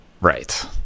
right